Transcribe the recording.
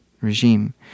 regime